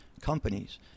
companies